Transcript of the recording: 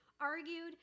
argued